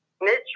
mitch